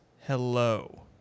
hello